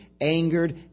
angered